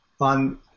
on